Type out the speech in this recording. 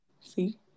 See